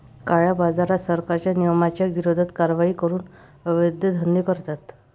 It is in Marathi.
काळ्याबाजारात, सरकारच्या नियमांच्या विरोधात कारवाई करून अवैध धंदे करतात